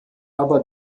aber